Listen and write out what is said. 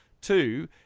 Two